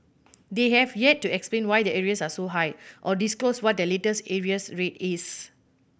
they have yet to explain why their arrears are so high or disclose what their latest arrears rate is